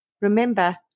Remember